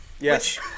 Yes